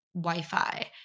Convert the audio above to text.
Wi-Fi